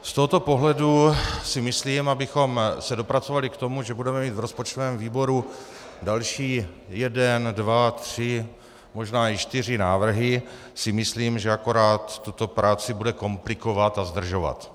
Z tohoto pohledu, abychom se dopracovali k tomu, že budeme mít v rozpočtovém výboru další jeden, dva, tři, možná i čtyři návrhy, si myslím, že akorát tuto práci bude komplikovat a zdržovat.